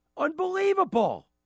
Unbelievable